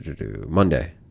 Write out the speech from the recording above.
Monday